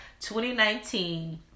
2019